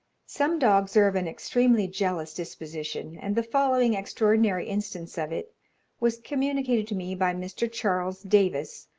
some dogs are of an extremely jealous disposition and the following extraordinary instance of it was communicated to me by mr. charles davis,